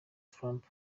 trump